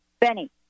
Benny